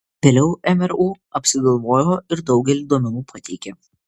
vėliau mru apsigalvojo ir daugelį duomenų pateikė